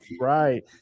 right